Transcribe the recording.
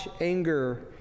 anger